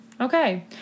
Okay